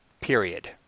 period